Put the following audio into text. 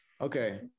okay